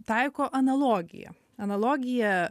taiko analogiją analogiją